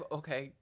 okay